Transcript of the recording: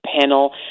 panel